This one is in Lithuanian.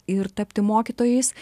ir tapti mokytojais